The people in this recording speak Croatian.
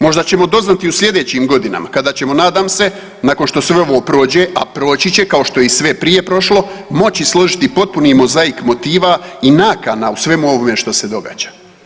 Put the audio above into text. Možda ćemo doznati u slijedećim godinama kada ćemo nadam se nakon što sve ovo prođe, a proći će kao što je i sve prije prošlo, moći složiti potpuni mozaik motiva i nakana u svemu ovome što se događa.